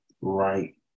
right